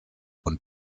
und